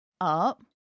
up